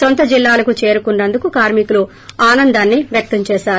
నొంత జిల్లాకు చేరుకున్నందుకు కార్మికులు ఆనందాన్ని వ్యక్తం చేశారు